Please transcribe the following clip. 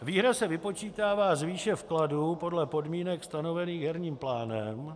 Výhra se vypočítává z výše vkladů podle podmínek stanovených herním plánem.